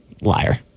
Liar